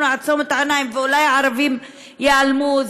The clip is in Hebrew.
נעצום את העיניים ואולי הערבים ייעלמו,